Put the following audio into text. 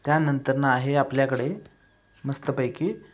त्यानंतर आहे आपल्याकडे मस्तपैकी